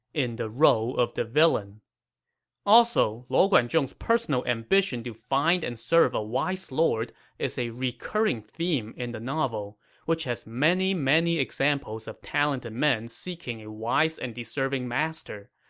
in the role of the villain also, luo guanzhong's personal ambition to find and serve a wise lord is a recurring theme in the which has many, many examples of talented men seeking a wise and deserving master.